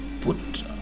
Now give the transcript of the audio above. Put